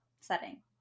setting